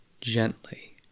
gently